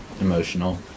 emotional